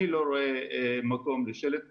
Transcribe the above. אני לא רואה מקום לשלט כזה.